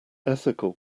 ethical